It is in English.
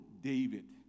David